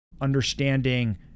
Understanding